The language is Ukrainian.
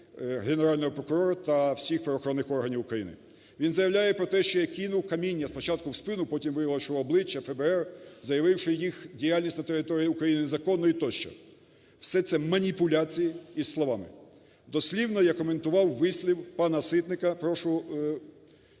Генерального прокурора та всіх правоохоронних органів України. Він заявляє про те, що я кинув каміння спочатку в спину, а потім, виявилось, що в обличчя ФБР, заявивши їх діяльність на території України незаконною тощо. Все це маніпуляції із словами. Дослівно, я коментував вислів пана Ситника (прошу